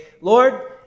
Lord